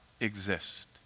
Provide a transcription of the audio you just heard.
exist